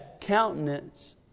countenance